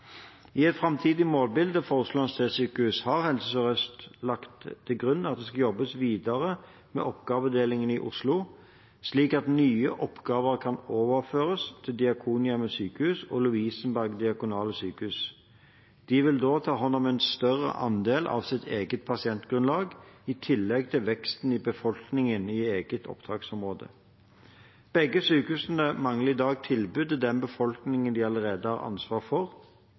I et framtidig målbilde for Oslo universitetssykehus har Helse Sør-Øst lagt til grunn at det skal jobbes videre med oppgavedelingen i Oslo, slik at nye oppgaver kan overføres til Diakonhjemmet Sykehus og Lovisenberg Diakonale Sykehus. De vil da ta hånd om en større andel av sitt eget pasientgrunnlag, i tillegg til veksten i befolkningen i eget opptaksområde. Begge sykehusene mangler i dag tilbud til den befolkningen de allerede har ansvar for,